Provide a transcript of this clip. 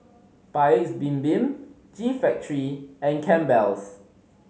Paik's Bibim G Factory and Campbell's